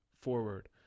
forward